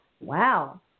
Wow